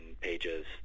pages